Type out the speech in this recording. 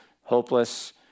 hopeless